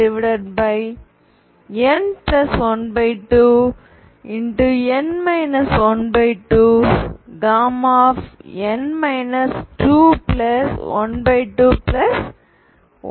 12 n